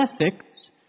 ethics